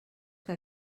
que